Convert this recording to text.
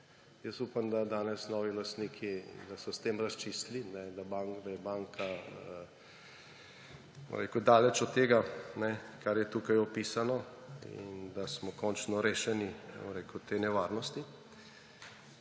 Jaz upam, da so danes novi lastniki s tem razčistili, da je banka daleč od tega, kar je tukaj opisano, in da smo končno rešeni, bom rekel, te nevarnosti.